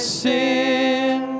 sin